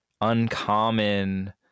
uncommon